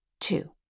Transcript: Two